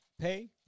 pay